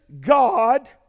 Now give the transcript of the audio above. God